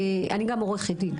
במקרה, אני גם עורכת דין.